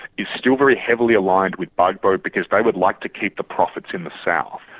is still very heavily aligned with gbagbo because they would like to keep the profits in the south.